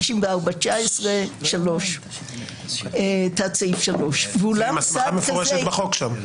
סעיף 54.19(3). זה עם הסמכה מפורשת בחוק.